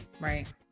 right